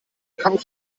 kauf